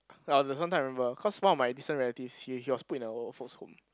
ya there's one time I remember cause one of my distant relatives he he was put in a old folks home